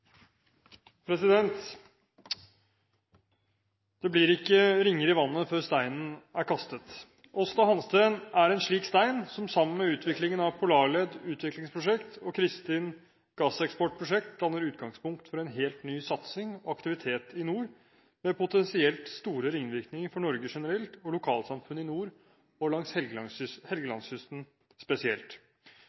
kastet. Aasta Hansteen er en slik stein, som sammen med utviklingen av Polarled utviklingsprosjekt og Kristin gasseksportprosjekt danner utgangspunkt for en helt ny satsing og aktivitet i nord, med potensielt store ringvirkninger for Norge generelt, og for lokalsamfunnet i nord og langs Helgelandskysten spesielt.